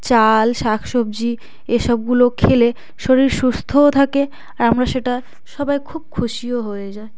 চাল শাক সবজি এসবগুলো খেলে শরীর সুস্থও থাকে আর আমরা সেটা সবাই খুব খুশিও হয়ে যায়